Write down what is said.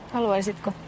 Haluaisitko